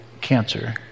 cancer